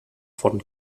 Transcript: von